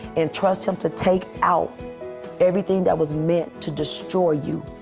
and trust him to take out everything that was meant to destroy you,